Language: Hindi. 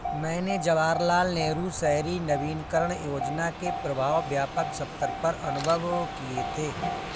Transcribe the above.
मैंने जवाहरलाल नेहरू शहरी नवीनकरण योजना के प्रभाव व्यापक सत्तर पर अनुभव किये थे